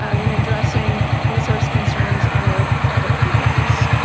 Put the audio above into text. um in addressing resource concerns on their private properties.